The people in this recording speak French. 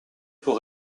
pour